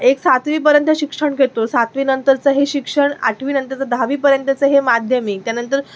एक सातवीपर्यंत शिक्षण घेतो सातवीनंतरचं हे शिक्षण आठवीनंतरचं दहावीपर्यंतचं हे माध्यमिक त्यानंतर